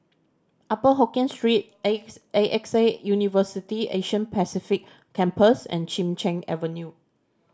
Upper Hokkien Street X A X A University Asia Pacific Campus and Chin Cheng Avenue